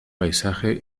paisaje